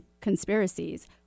conspiracies